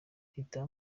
mpita